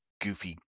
goofy